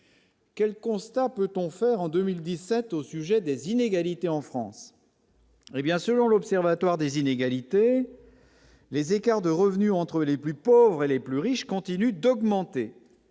Quel constat peut-on faire en 2017, au sujet des inégalités en France, hé bien, selon l'Observatoire des inégalités, les écarts de revenus entre les plus pauvres et les plus riches continuent d'augmenter